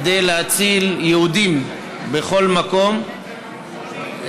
כדי להציל יהודים בכל מקום,